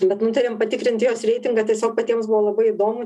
bet nutarėm patikrinti jos reitingą tiesiog patiems buvo labai įdomu